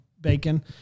bacon